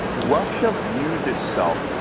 russia views itself,